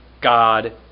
God